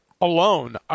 alone